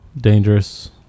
dangerous